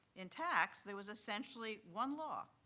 in tax, there was essentially one law,